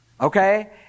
Okay